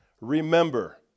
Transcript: remember